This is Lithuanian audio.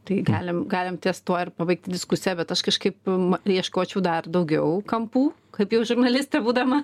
tai galim galim ties tuo ir pabaigti diskusiją bet aš kažkaip ieškočiau dar daugiau kampų kaip jau žurnalistė būdama